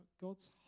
God's